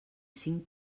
cinc